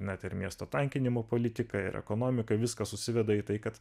net ir miesto tankinimo politika ir ekonomika viskas susiveda į tai kad